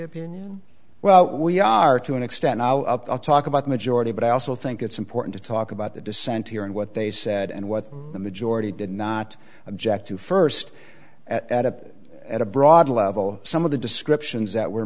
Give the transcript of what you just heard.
opinion well we are to an extent i'll talk about majority but i also think it's important to talk about the dissent here and what they said and what the majority did not object to first at a at a broad level some of the descriptions that were